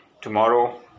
tomorrow